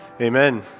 Amen